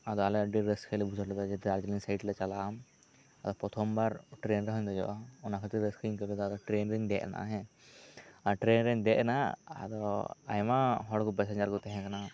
ᱟᱫᱚ ᱟᱞᱮ ᱟᱹᱰᱤ ᱨᱟᱹᱥᱠᱟᱹᱞᱮ ᱵᱩᱡᱷᱟᱹᱣ ᱞᱮᱫᱟ ᱡᱮ ᱫᱟᱨᱡᱤᱞᱤᱝ ᱥᱟᱭᱤᱰ ᱞᱮ ᱪᱟᱞᱟᱜᱼᱟ ᱛᱚ ᱯᱨᱚᱛᱷᱚᱢ ᱵᱟᱨ ᱴᱨᱮᱱ ᱨᱮᱦᱚᱸᱧ ᱫᱮᱡᱚᱜᱼᱟ ᱚᱱᱟ ᱠᱷᱟᱛᱤᱨ ᱨᱟᱹᱥᱠᱟᱹᱧ ᱟᱹᱭᱠᱟᱹᱣ ᱠᱮᱫᱟ ᱟᱫᱚ ᱴᱨᱮᱱ ᱨᱮᱧ ᱫᱮᱜ ᱮᱱᱟ ᱦᱮᱸ ᱟᱨ ᱴᱨᱮᱱ ᱨᱮᱧ ᱫᱮᱜ ᱮᱱᱟ ᱟᱫᱚ ᱟᱭᱢᱟ ᱦᱚᱲ ᱠᱚ ᱯᱮᱥᱮᱧᱡᱟᱨ ᱠᱚ ᱛᱟᱦᱮᱸ ᱠᱟᱱᱟ